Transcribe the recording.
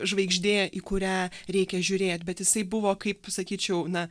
žvaigždė į kurią reikia žiūrėt bet jisai buvo kaip sakyčiau na